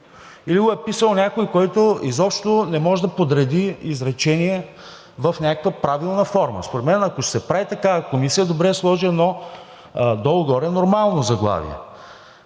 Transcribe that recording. или го е писал някой, който изобщо не може да подреди изречение в някаква правилна форма. Според мен, ако се прави такава комисия, добре е да се сложи едно долу-горе нормално заглавие: